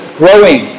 growing